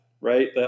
right